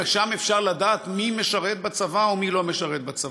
ושם אפשר לדעת מי משרת בצבא ומי לא משרת בצבא.